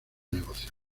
negocio